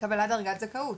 דרגת זכאות.